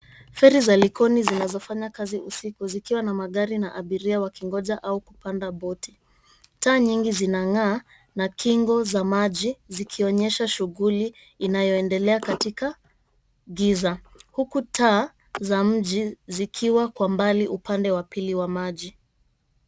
Feri za Likoni zinazofanya kazi usiku, zikiwa na magari na abiria wakingoja au kupanda boti. Taa nyingi zinang'aa na kingo za maji zikionyesha shughuli inayoendelea katika giza, huku taa za mji zikiwa kwa mbali upande wa pili wa maji.